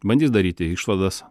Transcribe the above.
bandys daryti išvadas